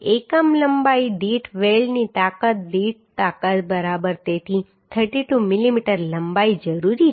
એકમ લંબાઈ દીઠ વેલ્ડની તાકાત દીઠ તાકાત બરાબર તેથી 32 મિલીમીટર લંબાઈ જરૂરી છે